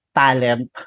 talent